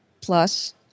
plus